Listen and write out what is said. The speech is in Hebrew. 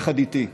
יחד איתי,